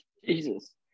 Jesus